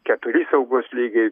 keturi saugos lygiai